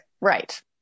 Right